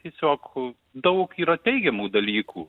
tiesiog daug yra teigiamų dalykų